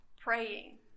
praying